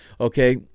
okay